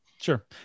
Sure